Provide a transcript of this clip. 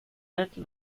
être